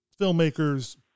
filmmakers